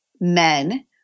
men